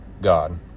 God